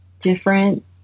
different